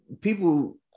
people